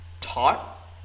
taught